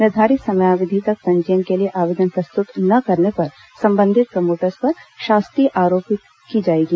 निर्धारित समयावधि तक पंजीयन के लिए आवेदन प्रस्तुत न करने पर संबंधित प्रमोटर्स पर शास्ति आरोपित की जाएगी